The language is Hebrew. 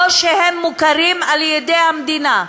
או שמוכרים על-ידי המדינה,